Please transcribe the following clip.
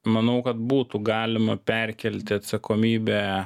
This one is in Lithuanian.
manau kad būtų galima perkelti atsakomybę